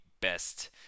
best